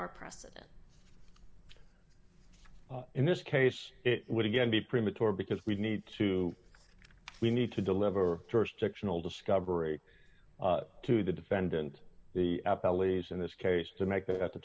our precedent in this case it would again be premature because we need to we need to deliver jurisdictional discovery to the defendant the